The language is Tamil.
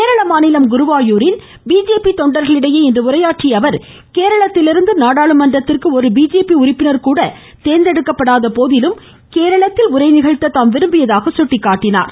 கேரள மாநிலம் குருவாயூரில் பிஜேபி தொண்டர்களிடையே இன்ற உரையாற்றிய அவர் கேரளத்திலிருந்து நாடாளுமன்றத்திற்கு ஒரு பிஜேபி உறுப்பினர் கூட தோந்தெடுக்கப்படாத போதிலும் கேரளத்தில் உரைநிகழ்த்த தாம் விரும்பியதாக சுட்டிக்காட்டினார்